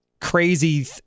crazy